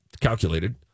calculated